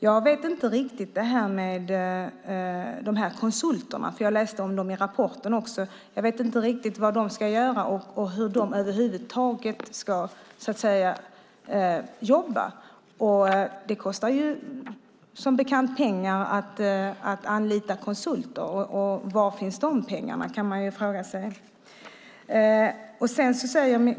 Jag vet inte riktigt vad sekretariatet ska göra och hur det över huvud taget ska jobba. Det kostar som bekant pengar att anlita konsulter. Man kan fråga sig var de pengarna finns.